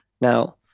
now